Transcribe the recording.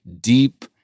deep